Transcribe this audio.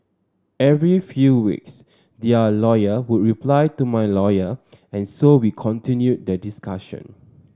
every few weeks their lawyer would reply to my lawyer and so we continued the discussion